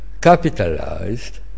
capitalized